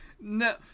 No